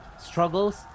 struggles